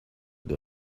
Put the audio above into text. who